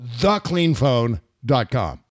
thecleanphone.com